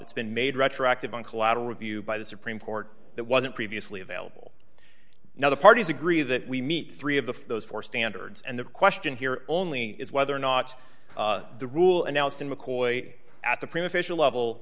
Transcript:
that's been made retroactive on collateral review by the supreme court that wasn't previously available now the parties agree that we meet three of the those four standards and the question here only is whether or not the rule announced in mccoy at the prima facia level